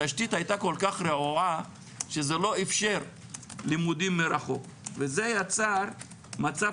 התשתית הייתה כל-כך רעועה שזה לא אפשר לימודים מרחוק וזה יצר מצב